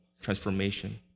transformation